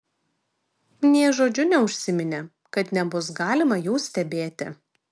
nė žodžiu neužsiminė kad nebus galima jų stebėti